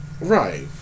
Right